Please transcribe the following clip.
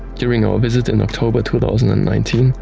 during our visit in october two thousand and nineteen,